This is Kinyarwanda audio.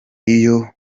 iyo